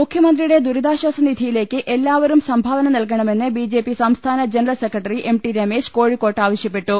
മുഖ്യമന്ത്രിയുടെ ദുരിതാശ്വാസനിധിയിലേക്ക് എല്ലാവരും സംഭാവന നൽകണമെന്ന് ബിജെപി സംസ്ഥാന general secretary M T Ramesh കോഴിക്കോട്ട് ആവശ്യപ്പെട്ടു